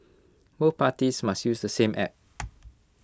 both parties must use the same app